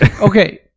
Okay